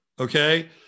okay